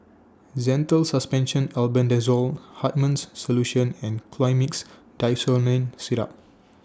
Zental Suspension Albendazole Hartman's Solution and Colimix Dicyclomine Syrup